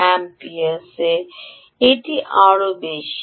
Ampere's এটি আরও বেশি